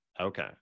Okay